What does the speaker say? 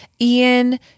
Ian